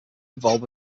involved